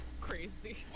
crazy